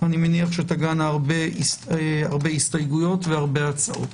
אני מניח שתגענה הרבה הסתייגויות והרבה הצעות.